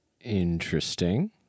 Interesting